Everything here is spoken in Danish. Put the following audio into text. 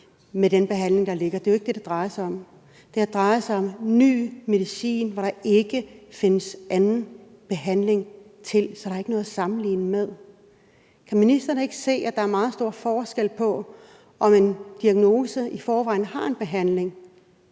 med den behandling, der findes. Det er jo ikke det, det drejer sig om. Det her drejer sig om ny medicin, hvor der ikke findes anden behandling, så der er ikke noget at sammenligne med. Kan ministeren ikke se, at der er meget stor forskel på, om en diagnose i forvejen har en behandling